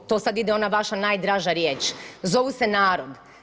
To sada ide ona vaša najdraža riječ, zovu se narod.